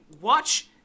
watch